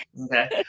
okay